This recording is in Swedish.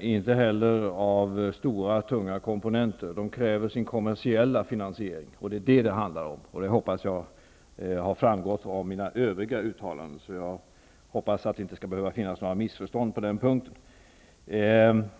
inte heller av stora, tunga komponenter. De kräver sin kommersiella finansiering, och det är det det handlar om. Det hoppas jag har framgått av mina övriga uttalanden. Jag hoppas att det inte behöver råda några missförstånd på den punkten.